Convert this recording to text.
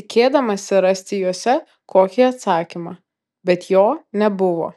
tikėdamasi rasti jose kokį atsakymą bet jo nebuvo